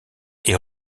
est